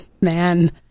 man